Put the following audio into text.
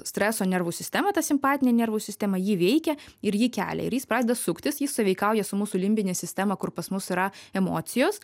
streso nervų sistema tas simpatinė nervų sistema jį veikia ir jį kelia ir jis pradeda suktis jis sąveikauja su mūsų limbine sistema kur pas mus yra emocijos